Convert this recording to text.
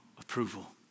approval